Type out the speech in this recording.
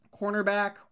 cornerback